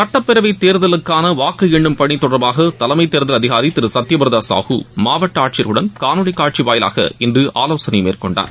சட்டப்பேரவைத் தேர்தலுக்காள வாக்கு எண்ணும் பணி தொடர்பாக தலைமை தேர்தல் அதிகாரி திரு சத்யபிரத சாகு மாவட்ட ஆட்சியர்களுடன் காணொலி காட்சி வாயிலாக இன்று ஆலோசனை மேற்கொண்டார்